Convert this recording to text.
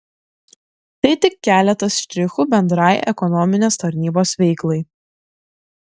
tai tik keletas štrichų bendrai ekonominės tarnybos veiklai